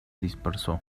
dispersó